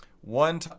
one